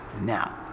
Now